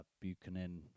Buchanan